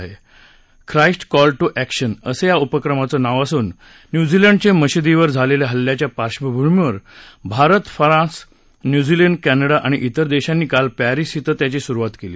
खाईस्ट call to action असं या उपक्रमाचं नाव असून न्यूझीलंडमधे मशीदीवर झालेल्या हल्ल्याच्या पार्श्वभूमीवर भारत फ्रान्स न्यूझीलंड क्लिडा आणि त्विर देशांनी काल पर्पीस धिं त्याची सुरुवात केली